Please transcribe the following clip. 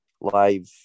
live